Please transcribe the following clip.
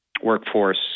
workforce